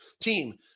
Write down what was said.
team